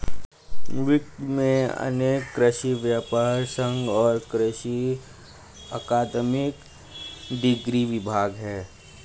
विश्व में अनेक कृषि व्यापर संघ और कृषि अकादमिक डिग्री विभाग है